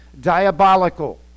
diabolical